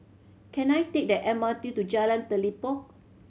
can I take the M R T to Jalan Telipok